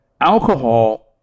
alcohol